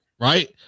Right